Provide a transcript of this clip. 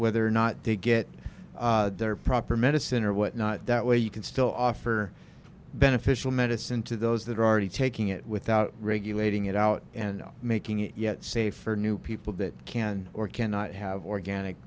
whether or not they get their proper medicine or what not that way you can still offer beneficial medicine to those that are already taking it without regulating it out and making it yet safe for new people that can or can have organic